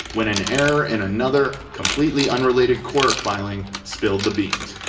when an error in another, completely unrelated court filing spilled the beans!